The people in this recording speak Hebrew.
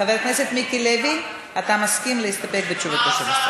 חבר הכנסת מיקי לוי, אתה מסכים להסתפק בתשובת השר?